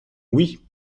oui